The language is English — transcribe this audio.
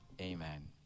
Amen